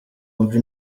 wumve